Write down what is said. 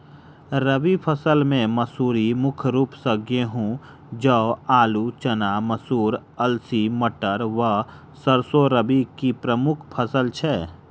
रबी फसल केँ मसूरी मुख्य रूप सँ गेंहूँ, जौ, आलु,, चना, मसूर, अलसी, मटर व सैरसो रबी की प्रमुख फसल छै